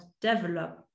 develop